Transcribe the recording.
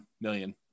million